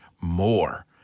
more